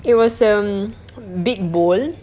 it was um big bowl